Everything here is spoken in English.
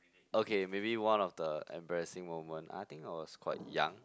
okay maybe one of the embarrassing moment I think I was quite young